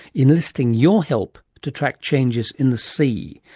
enlisting your help to track changes in the sea,